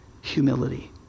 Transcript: humility